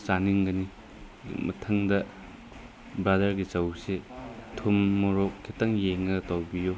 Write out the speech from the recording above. ꯆꯥꯅꯤꯡꯒꯅꯤ ꯃꯊꯪꯗ ꯕꯔꯗꯔꯒꯤ ꯆꯧꯁꯤ ꯊꯨꯝ ꯃꯣꯔꯣꯛ ꯈꯤꯇꯪ ꯌꯦꯡꯉꯒ ꯇꯧꯕꯤꯌꯨ